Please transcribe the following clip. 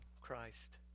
Christ